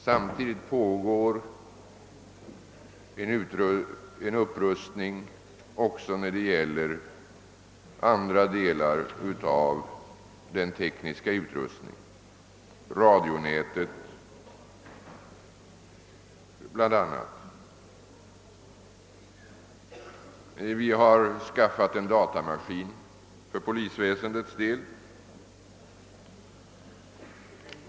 Samtidigt pågår en upprustning av andra delar av den tekniska utrustningen, bl.a. radionätet. Likaså har vi skaffat en datamaskin för polisväsendet.